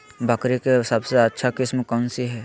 बकरी के सबसे अच्छा किस्म कौन सी है?